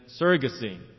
surrogacy